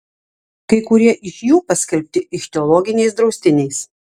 kai kurie iš jų paskelbti ichtiologiniais draustiniais